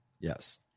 yes